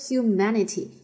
Humanity